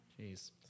Jeez